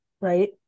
right